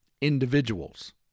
Individuals